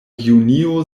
junio